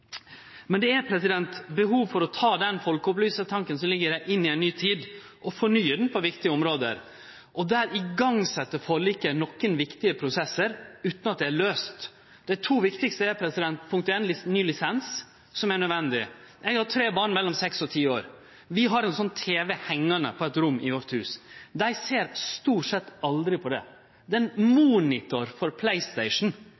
som ligg i det, inn i ei ny tid og fornye han på viktige område. Der sett forliket i gang nokre viktige prosessar, utan at det er løyst. Eg skal nemne dei to viktigaste. Punkt ein er ny lisens, som er nødvendig. Eg har tre barn mellom seks og ti år. Vi har ein tv hengande i eit rom i vårt hus. Dei ser stort sett aldri på han. Det er